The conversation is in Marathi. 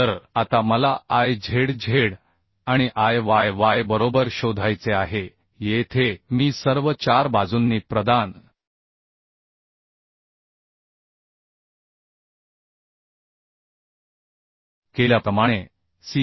तर आता मला I zz आणि I yy बरोबर शोधायचे आहे येथे मी सर्व 4 बाजूंनी प्रदान केल्याप्रमाणे CG